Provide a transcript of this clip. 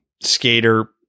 skater